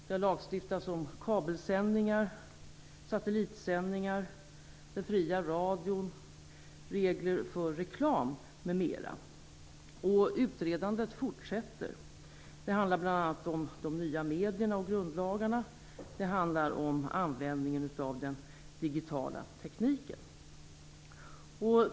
Det har lagstiftats om kabelsändningar, satellitsändningar, den fria radion och regler för reklam m.m. Utredandet fortsätter. Det handlar bl.a. om de nya medierna och grundlagarna, och det handlar om användningen av den digitala tekniken.